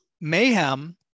mayhem